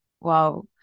Wow